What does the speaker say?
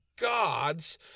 gods